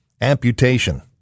amputation